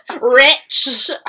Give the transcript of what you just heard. rich